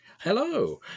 Hello